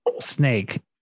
snake